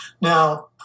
Now